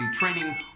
training